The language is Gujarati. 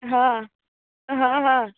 હં હં હં